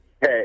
Hey